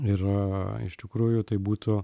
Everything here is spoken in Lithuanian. ir iš tikrųjų tai būtų